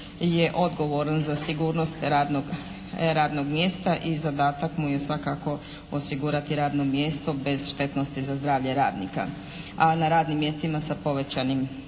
je odgovoran za sigurnost radnog mjesta i zadatak mu je svakako osigurati radno mjesto bez štetnosti za zdravlje radnika. A na radnim mjestima sa povećanim,